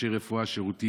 אנשי רפואה ושירותים?